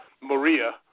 Maria